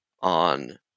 on